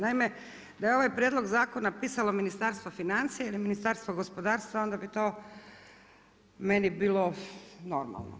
Naime, da je ovaj prijedlog zakona pisalo Ministarstvo financija ili Ministarstvo gospodarstva onda bi to meni bilo normalno.